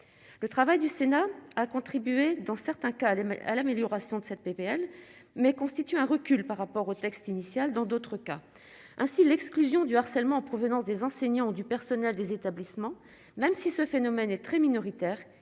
le travail du Sénat a contribué, dans certains cas les à l'amélioration de cette PPL mais constitue un recul par rapport au texte initial dans d'autres cas, ainsi l'exclusion du harcèlement en provenance des enseignants, du personnel des établissements, même si ce phénomène est très minoritaire,